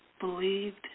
believed